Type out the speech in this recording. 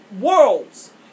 worlds